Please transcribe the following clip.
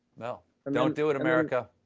you know um don't do it, america.